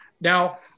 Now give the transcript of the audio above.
Now